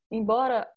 embora